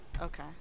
Okay